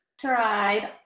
tried